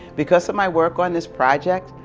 because of my work on this project,